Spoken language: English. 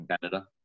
Canada